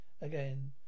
Again